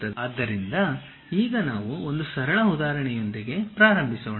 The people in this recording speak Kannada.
ಆದ್ದರಿಂದ ಈಗ ನಾವು ಒಂದು ಸರಳ ಉದಾಹರಣೆಯೊಂದಿಗೆ ಪ್ರಾರಂಭಿಸೋಣ